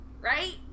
Right